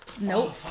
Nope